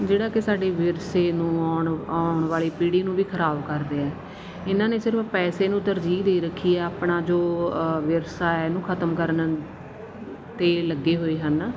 ਜਿਹੜਾ ਕਿ ਸਾਡੀ ਵਿਰਸੇ ਨੂੰ ਆਉਣ ਆਉਣ ਵਾਲੀ ਪੀੜੀ ਨੂੰ ਵੀ ਖਰਾਬ ਕਰਦੇ ਆ ਇਹਨਾਂ ਨੇ ਸਿਰਫ ਪੈਸੇ ਨੂੰ ਤਰਜੀਹ ਦੇ ਰੱਖੀ ਆ ਆਪਣਾ ਜੋ ਵਿਰਸਾ ਐ ਇਹਨੂੰ ਖਤਮ ਕਰਨ ਤੇ ਲੱਗੇ ਹੋਏ ਹਨ